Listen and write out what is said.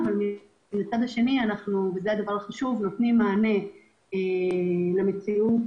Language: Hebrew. אנחנו נותנים מענה למציאות